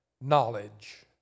Knowledge